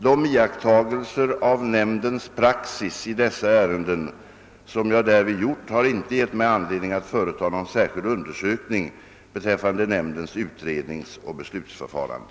De iakttagelser av nämndens praxis i dessa ärenden som jag därvid gjort har inte gett mig anledning att företaga någon särskild undersökning «beträffande nämndens utredningsoch beslutsförfarande.